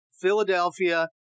Philadelphia